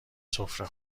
سفره